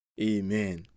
amen